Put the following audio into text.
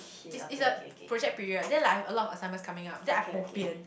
it's it's a project period then like I have a lot of assignment coming up then I boh pian